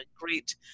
great